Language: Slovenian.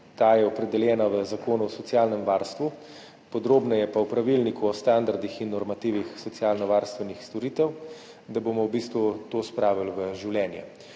ta je opredeljena v Zakonu o socialnem varstvu, podrobneje pa o Pravilniku o standardih in normativih socialnovarstvenih storitev, da bomo v bistvu to spravili v življenje.